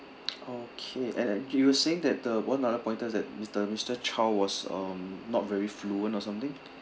okay and and you were saying that the one other pointer that mister mister Chau was um not very fluent or something